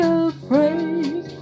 afraid